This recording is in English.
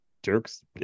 jerks